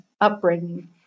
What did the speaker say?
upbringing